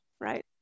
right